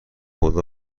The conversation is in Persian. خدا